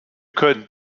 können